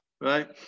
right